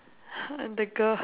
!huh! I'm the girl